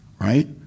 Right